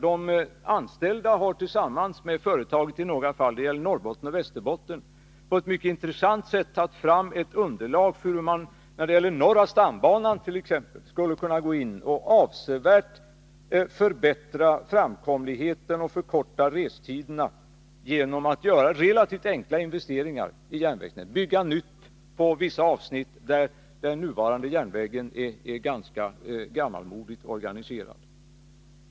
De anställda har tillsammans med företaget i några fall — det gäller Norrbotten och Västerbotten — på ett mycket intressant sätt tagit fram ett underlag för hur man t.ex. när det gäller norra stambanan skulle kunna gå in och avsevärt förbättra framkomligheten och förkorta restiderna genom att göra relativt enkla investeringar i järnvägsnätet och bygga nytt på vissa avsnitt där den nuvarande järnvägen är ganska gammalmodigt organiserad.